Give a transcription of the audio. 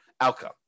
outcome